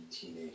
teenage